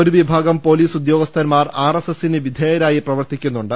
ഒരു വിഭാഗം പൊലീസ് ഉദ്യോഗസ്ഥൻമാർ ആർ എസ് എസിന് വിധേ യരായി പ്രവർത്തിക്കുന്നുണ്ട്